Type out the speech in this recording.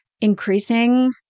increasing